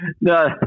No